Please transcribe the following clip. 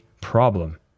problem